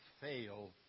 fail